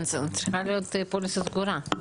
כן, זו צריכה להיות פוליסה סגורה.